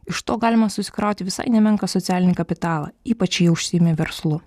iš to galima susikrauti visai nemenką socialinį kapitalą ypač jei užsiimi verslu